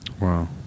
Wow